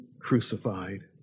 crucified